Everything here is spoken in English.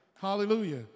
Hallelujah